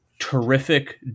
terrific